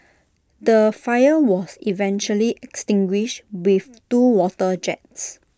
the fire was eventually extinguished with two water jets